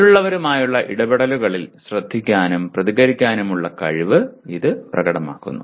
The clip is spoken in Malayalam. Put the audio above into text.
മറ്റുള്ളവരുമായുള്ള ഇടപെടലുകളിൽ ശ്രദ്ധിക്കാനും പ്രതികരിക്കാനുമുള്ള കഴിവ് ഇത് പ്രകടമാക്കുന്നു